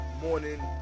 morning